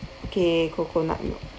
okay coconut milk